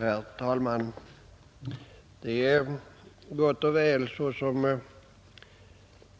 Herr talman! Det är gott och väl som